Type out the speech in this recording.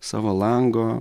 savo lango